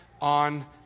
on